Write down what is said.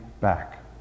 back